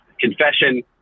confession